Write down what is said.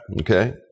Okay